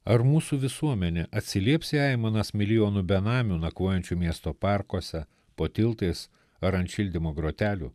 ar mūsų visuomenė atsilieps į aimanas milijonų benamių nakvojančių miesto parkuose po tiltais ar ant šildymo grotelių